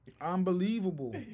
Unbelievable